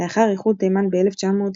לאחר איחוד תימן ב-1990,